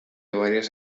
varias